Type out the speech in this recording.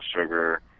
sugar